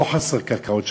לא חסרות קרקעות,